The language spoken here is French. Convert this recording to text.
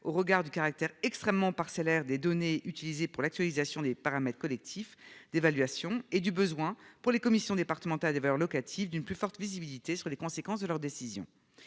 au regard du caractère extrêmement parcellaire des données utilisées pour l'actualisation des paramètres collectif d'évaluation et du besoin pour les commissions départementales des valeurs locatives d'une plus forte visibilité sur les conséquences de leur décision.